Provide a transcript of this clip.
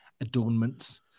adornments